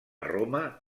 roma